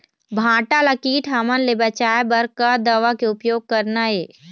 भांटा ला कीट हमन ले बचाए बर का दवा के उपयोग करना ये?